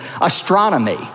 astronomy